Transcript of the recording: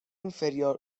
inferior